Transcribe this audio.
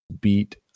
beat